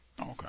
Okay